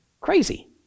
crazy